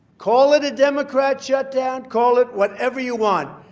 call it a democrat shutdown. call it whatever you want,